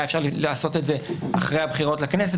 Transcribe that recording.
היה אפשר לעשות את זה אחרי הבחירות לכנסת